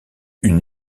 une